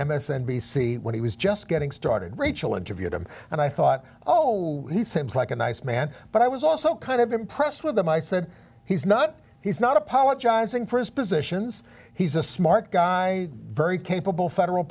c when he was just getting started rachel interviewed him and i thought oh he seems like a nice man but i was also kind of impressed with him i said he's not he's not apologizing for his positions he's a smart guy very capable federal